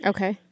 Okay